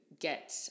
get